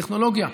טכנולוגיה,